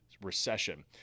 recession